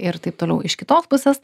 ir taip toliau iš kitos pusės